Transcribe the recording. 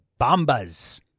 bombas